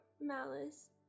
malice